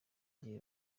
gihe